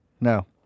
No